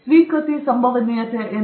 ಸ್ವೀಕೃತಿ ಸಂಭವನೀಯತೆ ಏನು